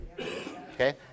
okay